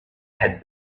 had